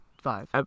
five